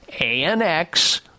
ANX